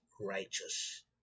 righteous